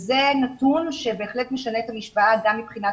זה נתון שבהחלט משנה את המשוואה גם מבחינת